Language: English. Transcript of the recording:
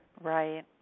Right